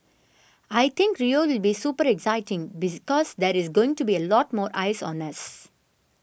I think Rio will be super exciting because there is going to be a lot more eyes on us